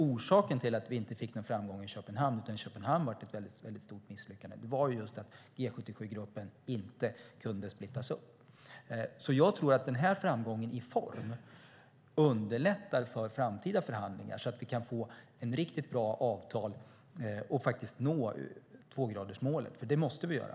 Orsaken till att vi inte nådde framgång i Köpenhamn, som blev ett stort misslyckande, var att G77-gruppen inte gick att splittra. Jag tror därför att just framgången i form underlättar framtida förhandlingar så att vi kan få riktigt bra avtal och nå tvågradersmålet. Det måste vi göra.